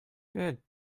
good